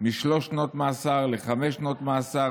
משלוש שנות מאסר לחמש שנות מאסר.